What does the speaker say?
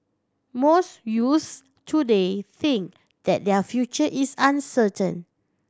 most youths today think that their future is uncertain